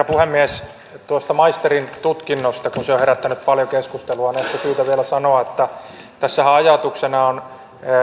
puhemies tuosta maisterintutkinnosta kun se on herättänyt paljon keskustelua on ehkä syytä vielä sanoa että tässähän ajatuksena on